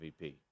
MVP